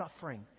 suffering